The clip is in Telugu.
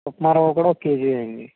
ఉప్మా రవ్వ కూడా ఒక కేజీ వెయ్యండి